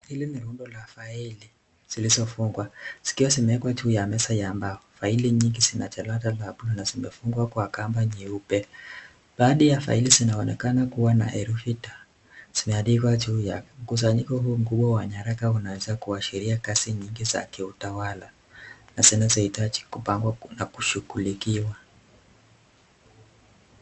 Hili ni rundo la faili zilizofungwa zikiwa zimewekwa juu ya meza ya mbao. Faili nyingi zina jalada la buluu na zimefungwa kwa kamba nyeupe. Baadhi ya faili zinaonekana kuwa na herufi d zimeandikwa juu yake. Mkusanyiko huu wa nyaraka unaweza kuashiria kazi nyingi za kiutawala na zinazohitaji kupangwa na kushughulikiwa.